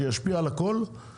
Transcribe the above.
זה ישפיע על כל המזון,